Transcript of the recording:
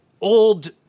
old